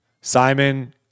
Simon